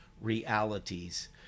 realities